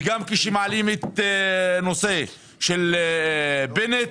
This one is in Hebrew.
וגם כשמעלים את הנושא של בנט,